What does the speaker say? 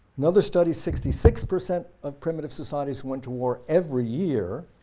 another study sixty six percent of primitive societies went to war every year,